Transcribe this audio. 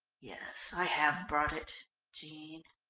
yes, i have brought it jean,